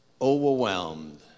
Overwhelmed